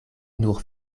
nur